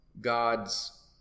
God's